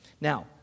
Now